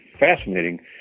fascinating